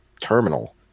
terminal